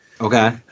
Okay